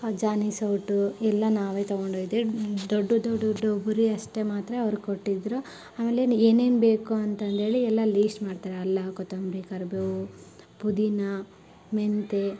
ಜಾನೆ ಸೌಟು ಎಲ್ಲ ನಾವೆ ತೊಗೊಂಡು ಹೋಗಿದ್ವಿ ದೊಡ್ಡ ದೊಡ್ಡ ಡೊಬ್ರಿ ಅಷ್ಟೆ ಮಾತ್ರ ಅವ್ರು ಕೊಟ್ಟಿದ್ದರು ಆಮೇಲೆ ಇನ್ನು ಏನೇನು ಬೇಕು ಅಂತಂದೇಳಿ ಎಲ್ಲ ಲೀಸ್ಟ್ ಮಾಡ್ತಾರೆ ಅಲ್ಲ ಕೊತ್ತಂಬರಿ ಕರಿಬೇವು ಪುದೀನ ಮೆಂತ್ಯ